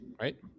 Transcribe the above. right